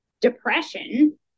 depression